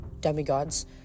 demigods